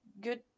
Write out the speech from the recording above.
good